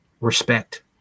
respect